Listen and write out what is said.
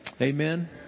Amen